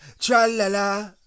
tra-la-la